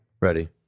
ready